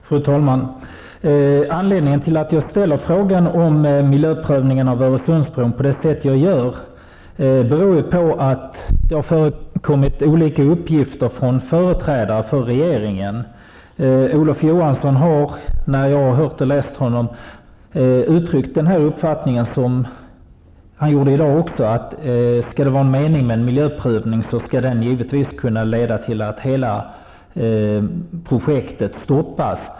Fru talman! Anledningen till att jag ställer frågan om miljöprövningen av Öresundsbron på det sätt som jag gör är att det förekommit olika uppgifter från företrädare för regeringen. Olof Johansson har, när jag hört och läst honom, uttryckt samma uppfattning som han gjorde i dag, nämligen att om det skall vara någon mening med en miljöprövning skall den givetvis kunna leda till att hela projektet stoppas.